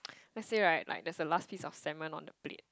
let's say right like there's a last piece of salmon on the plate